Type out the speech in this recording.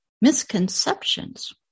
misconceptions